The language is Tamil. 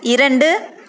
இரண்டு